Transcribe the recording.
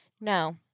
No